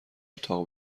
اتاق